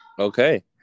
Okay